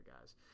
guys